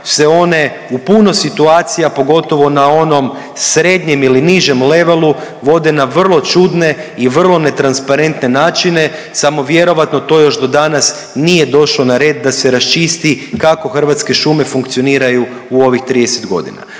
se one u puno situacija, pogotovo na onom srednjem ili nižem levelu vode na vrlo čudne i vrlo netransparentne načine, samo vjerojatno to još do danas nije došao na red da se raščisti kako Hrvatske šume funkcioniraju u ovih 30 godina,